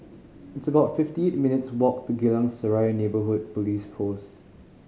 it's about fifty eight minutes' walk to Geylang Serai Neighbourhood Police Post